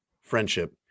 friendship